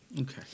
Okay